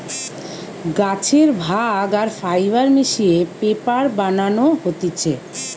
গাছের ভাগ আর ফাইবার মিশিয়ে পেপার বানানো হতিছে